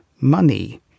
Money